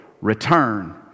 return